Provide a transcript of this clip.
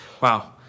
Wow